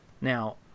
Now